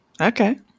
Okay